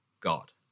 God